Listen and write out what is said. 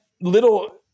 little